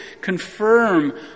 confirm